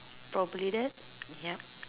probably that yup